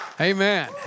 Amen